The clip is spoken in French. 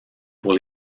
pour